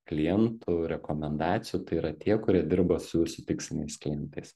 klientų rekomendacijų tai yra tie kurie dirba su jūsų tiksliniais klientais